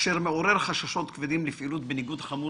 אשר מעורר חששות כבדים לפעילות בניגוד חמור